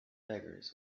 beggars